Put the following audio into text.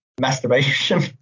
masturbation